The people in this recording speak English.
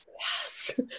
Yes